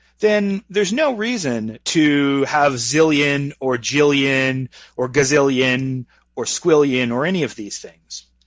then there's no reason to have zillion or jillion or gazillion or squillion or any of these things.